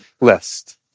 list